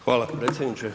Hvala predsjedniče.